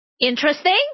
interesting